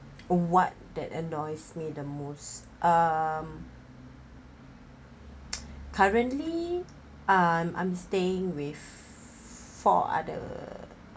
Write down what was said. oh what that annoys me the most um currently I'm I'm staying with four other